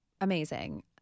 amazing